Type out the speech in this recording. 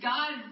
God